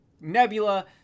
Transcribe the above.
Nebula